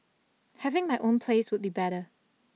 having my own place would be better